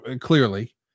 clearly